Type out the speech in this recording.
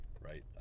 right